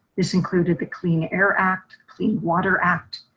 this included the clean air act, clean water act,